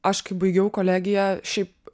aš kai baigiau kolegiją šiaip